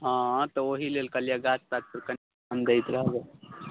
हँ तऽ ओहि लेल कहलियै गाछ ताछ पर कनि ध्यान दैत रहबै